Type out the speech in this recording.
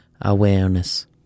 awareness